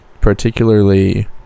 Particularly